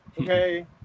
Okay